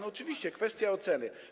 Oczywiście, kwestia oceny.